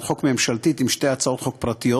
חוק ממשלתית עם שתי הצעות חוק פרטיות,